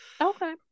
okay